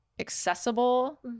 accessible